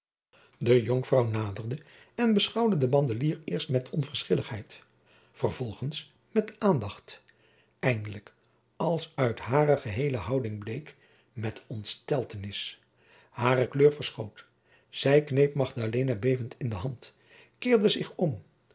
de jonkvrouw naderde en beschouwde den bandelier eerst met onverschilligheid vervolgens met aandacht eindelijk als uit hare geheele houding jacob van lennep de pleegzoon bleek met ontsteltenis hare kleur verschoot zij kneep magdalena bevend in de hand keerde zich om